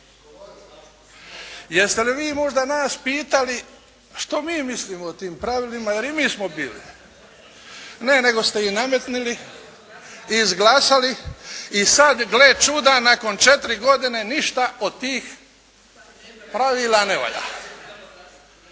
Jeste li vi možda nas pitali što mi mislimo o tim pravilima, jer i mi smo bili? Ne, nego ste ih nametnuli i izglasali i sad gle čuda nakon 4 godine ništa od tih pravila ne valja.